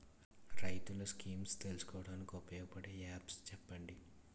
రైతులు స్కీమ్స్ తెలుసుకోవడానికి ఉపయోగపడే యాప్స్ చెప్పండి?